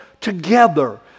together